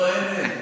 הוא אמר שהוא בדרך.